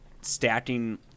stacking